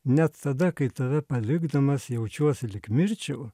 net tada kai tave palikdamas jaučiuosi lyg mirčiau